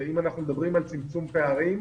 אם אנחנו מדברים על צמצום פערים,